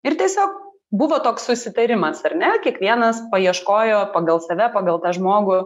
ir tiesiog buvo toks susitarimas ar ne kiekvienas paieškojo pagal save pagal tą žmogų